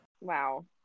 Wow